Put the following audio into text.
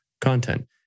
content